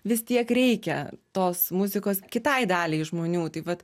vis tiek reikia tos muzikos kitai daliai žmonių tai vat